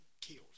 killed